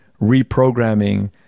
reprogramming